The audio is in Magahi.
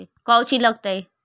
कौची लगतय?